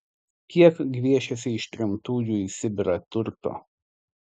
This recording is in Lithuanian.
kiek gviešėsi ištremtųjų į sibirą turto